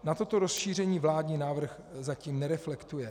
Na toto rozšíření vládní návrh zatím nereflektuje.